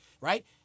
right